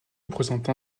représente